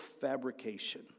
fabrication